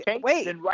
wait